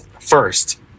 first